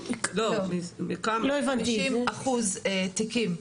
חמישים אחוז תיקים.